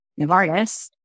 Novartis